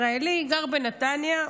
ישראלי, גר בנתניה.